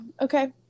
okay